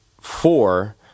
four